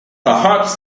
perhaps